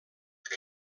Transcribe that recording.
que